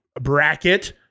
bracket